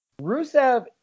Rusev